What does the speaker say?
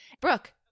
Brooke